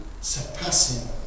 surpassing